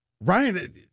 Ryan